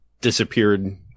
disappeared